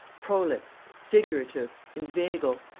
prolix, figurative, inveigle,